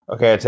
Okay